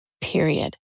period